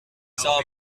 saw